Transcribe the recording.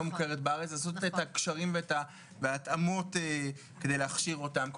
מוכרת בארץ אז לעשות את הקשרים וההתאמות כדי להכשיר אותם.